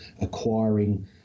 acquiring